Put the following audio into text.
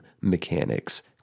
mechanics